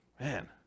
man